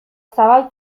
zabal